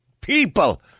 people